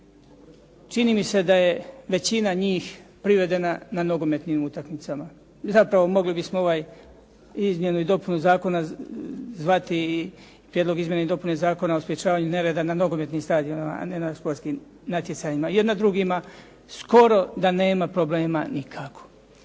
Čini mi se da je većina njih privedena na nogometnim utakmicama, zapravo mogli bismo ovu izmjenu i dopunu zakona zvati i prijedlog izmjene i dopune zakona o sprječavanju nereda na nogometnim stadionima a ne na športskim natjecanjima, jer na drugima skoro da nema problema nikako.